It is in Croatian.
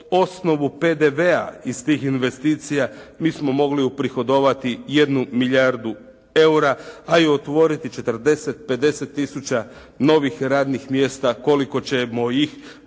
osnovu PDV-a iz tih investicija mi smo mogli uprihodovati jednu milijardu eura, a i otvoriti 40, 50000 novih radnih mjesta koliko ćemo ih